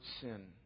sin